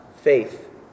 faith